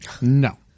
No